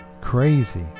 Crazy